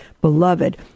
beloved